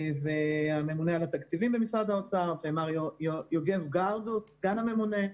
לממונה על התקציבים במשרד האוצר ולמר יוגב גרדוס שהוא סגן הממונה.